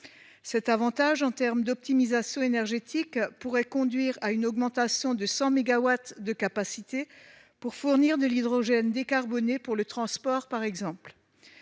Cet avantage en matière d'optimisation énergétique pourrait conduire à une augmentation de 100 mégawatts de capacité pour fournir de l'hydrogène décarboné pour le transport, par exemple.